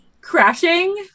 crashing